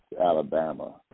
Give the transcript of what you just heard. Alabama